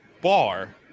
bar